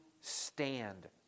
stand